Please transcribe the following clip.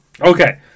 Okay